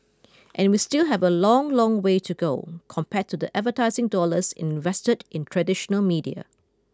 and we still have a long long way to go compared to the advertising dollars invested in traditional media